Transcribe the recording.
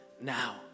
now